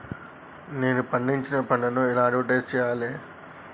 నేను పండించిన పంటను ఎలా అడ్వటైస్ చెయ్యాలే?